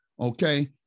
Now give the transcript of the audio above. Okay